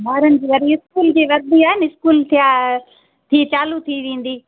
हा हा ॿारनि जी वरी इस्कूल जी वर्दी आहे न स्कूल थिया थी चालू थी वेंदी